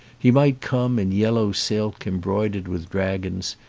he might come in yellow silk em broidered with dragons,